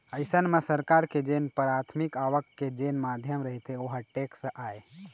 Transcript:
अइसन म सरकार के जेन पराथमिक आवक के जेन माध्यम रहिथे ओहा टेक्स आय